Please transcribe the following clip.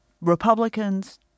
Republicans